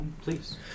Please